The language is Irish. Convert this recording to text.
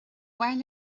mhaith